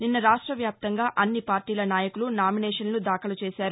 నిన్న రాష్టవ్యాప్తంగా అన్ని పార్టీల నాయకులు నామినేషన్లు దాఖలు చేశారు